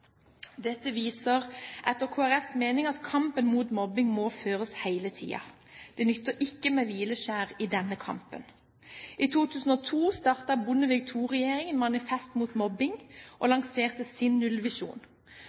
Dette viser etter Kristelig Folkepartis mening at kampen mot mobbing må føres hele tiden. Det nytter ikke med hvileskjær i denne kampen. I 2002 startet Bondevik II-regjeringen Manifest mot mobbing og lanserte sin nullvisjon.